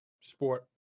sport